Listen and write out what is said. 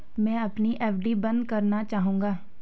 मैं अपनी एफ.डी बंद करना चाहूंगा